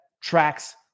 tracks